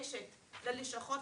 זיקה לישראל,